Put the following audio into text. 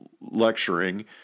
lecturing